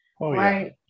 Right